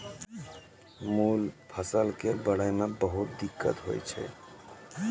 मूल फसल कॅ बढ़ै मॅ बहुत दिक्कत होय छै